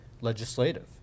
legislative